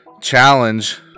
challenge